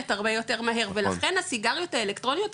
הרבה יותר מהר ולכן הסיגריות האלקטרוניות,